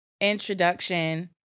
introduction